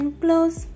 close